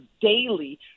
daily